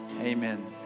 Amen